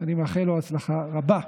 אני מאחל לו הצלחה רבה.